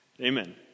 Amen